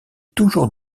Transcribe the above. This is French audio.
toujours